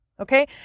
Okay